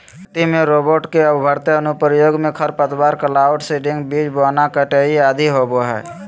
खेती में रोबोट के उभरते अनुप्रयोग मे खरपतवार, क्लाउड सीडिंग, बीज बोना, कटाई आदि होवई हई